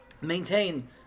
maintain